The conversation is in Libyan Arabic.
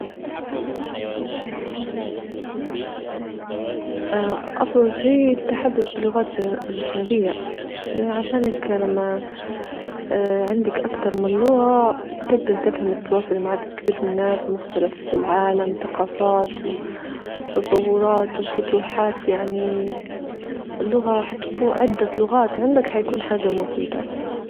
اه أفضل شي التحدث بلغات جا-أجنبية عشانك لما اه عندك أكتر من لغة تقدري تفهمي تتواصلي مع عدد كبير من الناس بمختلف في العالم ثقافات تطورات وفتوحات يعني اللغة حتكون عدة لغات عندك حيكون حاجة مفيدة.